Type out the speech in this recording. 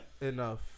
enough